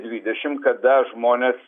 dvidešimt kada žmonės